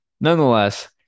nonetheless